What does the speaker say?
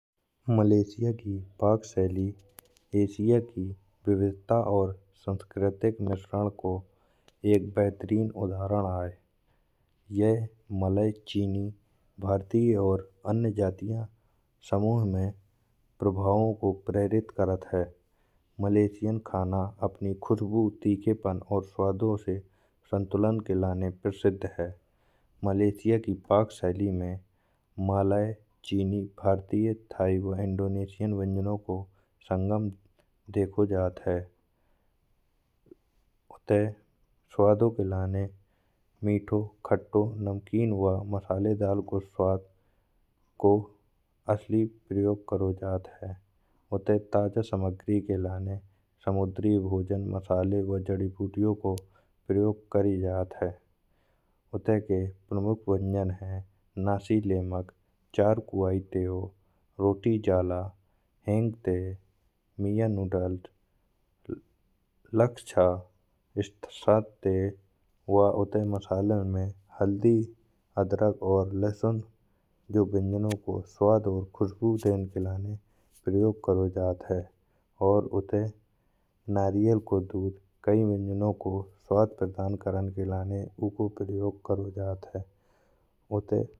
मलेशिया की पाक शैली एशिया की विविधता और सांस्कृतिक मिश्रध को एक बेहतरीन उदाहरण आये। यह मले चीनी भारतीय और अन्य जातियाँ समूह में प्रभावों को प्रेरित करत है। मलेशियन खाना अपनी खुशबू तीखापन और स्वादों से संतुलन के लाने प्रसिद्ध है। मलेशिया की पाक शैली में मलाये चीनी भारतीय थाई व इंडोनेशियन व्यंजनों को संगम देखो जात है। उते स्वादों के लाने मिठो खट्टो नमकीन व मसालेदार स्वाद को असली प्रयोग करो जात है। उते ताजा सामग्री के लाने समुद्री भोजन मसाले व जड़ी बूटियौं को प्रयोग करी जात है। उते के प्रमुख व्यंजन है नशिलेमग चर कुआई तेव रोटी जला इंगटे मिया नूडल्स लक्षास्तसत्ते वा उते मसाले में हल्दी अदरक और लहसुन जो व्यंजनों को स्वाद और खुशबू देने के लाने प्रयोग करो जात है। और उते नारियल को दूध कहीं व्यंजनों को स्वाद प्रदान करन के लाने ऊको प्रयोग करो जात है।